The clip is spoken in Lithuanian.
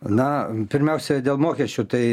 na pirmiausia dėl mokesčių tai